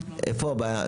איפה הבעיה?